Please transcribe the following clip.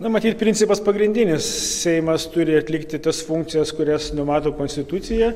na matyt principas pagrindinis seimas turi atlikti tas funkcijas kurias numato konstitucija